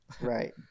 right